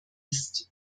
ist